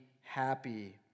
happy